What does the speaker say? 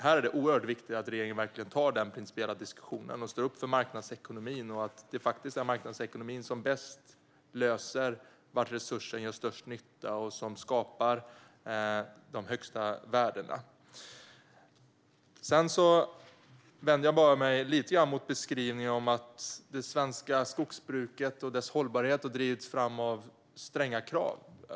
Det är oerhört viktigt att regeringen verkligen tar den principiella diskussionen och står upp för marknadsekonomin och att det faktiskt är den som bäst avgör var resurser gör bäst nytta och skapar de högsta värdena. Sedan vänder jag mig lite grann mot beskrivningen att det svenska skogsbruket och dess hållbarhet har drivits fram av stränga krav.